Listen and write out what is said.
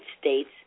States